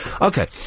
Okay